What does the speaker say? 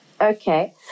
Okay